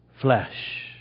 flesh